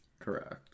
correct